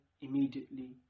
immediately